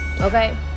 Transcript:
okay